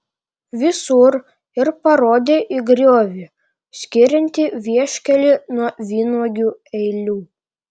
visur ir parodė į griovį skiriantį vieškelį nuo vynuogių eilių